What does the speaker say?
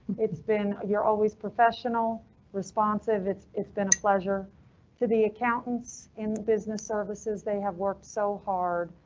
it's been. you're always professional responsive. it's it's been a pleasure to the accountants and business services. they have worked so hard.